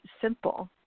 simple